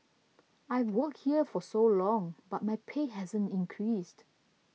I've worked here for so long but my pay hasn't increased